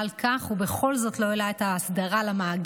על כך ובכל זאת לא העלה את האסדרה למאגר.